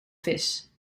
vis